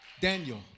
Daniel